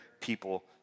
people